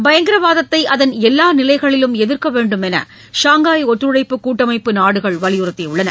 பயங்கரவாதத்தை அதன் எல்லா நிலைகளிலும் எதிர்க்க வேண்டும் என்று ஷாங்காய் ஒத்துழைப்பு கூட்டமைப்பு நாடுகள் வலியுறுத்தியுள்ளன